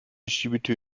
schiebetür